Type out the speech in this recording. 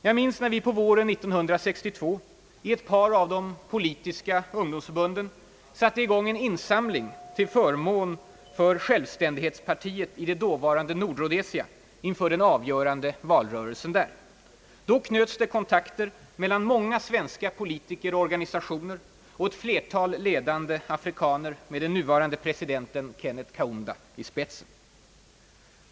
Jag minns när vi på våren 1962 i ett par av de politiska ungdomsförbunden satte i gång en insamling till förmån för självständighetspartiet i det dåva rande Nordrhodesia inför den avgörande valrörelsen där. Då knöts kontakter mellan många svenska politiker och organisationer och ett flertal 1edande afrikaner med den nuvarande presidenten Kenneth Kaunda i spetsen.